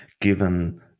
given